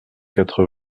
quatre